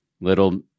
little